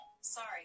Sorry